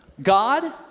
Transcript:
God